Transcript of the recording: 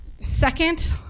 second